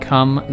Come